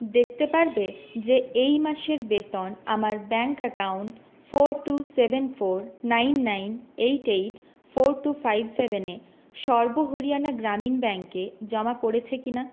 দেখতে পারবে যে এই মাসের বেতন আমার bank account four two seven four nine nine eight eight four two five সেভেনে সর্ব হরিয়ানা গ্রামীণ ব্যাঙ্কে জমা পড়েছে কি না